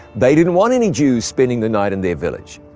they didn't want any jews spending the night in their village.